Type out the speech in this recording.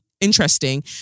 interesting